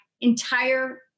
entire